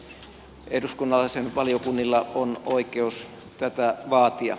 eduskunnalla ja sen valiokunnilla on oikeus tätä vaatia